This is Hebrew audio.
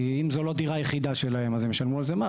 כי אם זו לא דירה יחידה שלהם, הם ישלמו על זה מס.